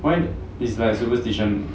why is like superstition